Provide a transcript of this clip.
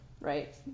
right